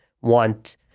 want